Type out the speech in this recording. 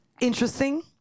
interesting